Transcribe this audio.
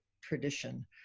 tradition